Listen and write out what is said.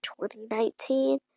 2019